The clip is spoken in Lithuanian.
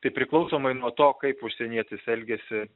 tai priklausomai nuo to kaip užsienietis elgiasi